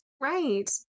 right